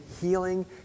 healing